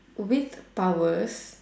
with powers